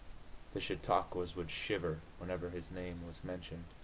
the chautauquas would shiver whenever his name was mentioned.